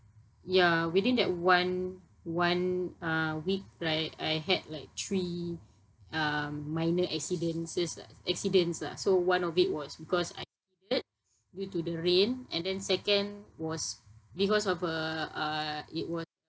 ya within that one one uh week right I had like three um minor accidents lah accidents lah so one of it was because I due to the rain and then second was because of a uh it was